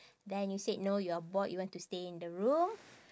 then you said no you're bored you want to stay in the room